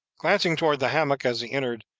glancing towards the hammock as he entered,